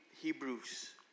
Hebrews